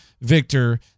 Victor